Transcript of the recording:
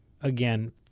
again